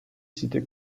cités